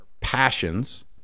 passions